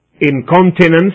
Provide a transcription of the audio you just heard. Incontinence